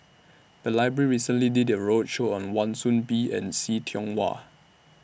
The Library recently did A roadshow on Wan Soon Bee and See Tiong Wah